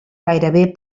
gairebé